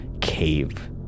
cave